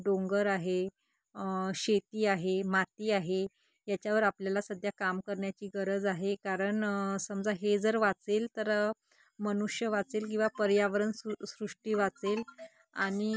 डोंगर आहे शेती आहे माती आहे याच्यावर आपल्याला सध्या काम करण्याची गरज आहे कारण समजा हे जर वाचेल तर मनुष्य वाचेल किंवा पर्यावरण सु सृष्टी वाचेल आणि